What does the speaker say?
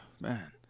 man